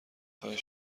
خاین